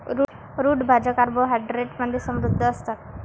route भाज्या carbohydrates मध्ये समृद्ध असतात